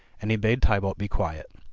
and he bade tybalt be quiet.